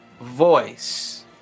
voice